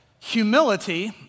humility